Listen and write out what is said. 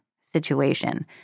situation